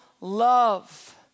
love